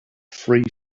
free